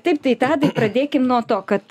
taip tai tadai pradėkim nuo to kad